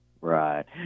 Right